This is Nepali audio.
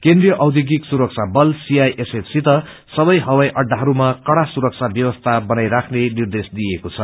केन्द्रिय औध्योगिक सुरक्षा बल सित सबै हवाई अड्डाहरूमा कड़ा सुरक्षा व्यवस्था गर्ने निर्देश दिएको छ